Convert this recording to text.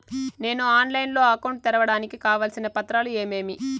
నేను ఆన్లైన్ లో అకౌంట్ తెరవడానికి కావాల్సిన పత్రాలు ఏమేమి?